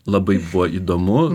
labai buvo įdomu